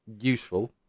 useful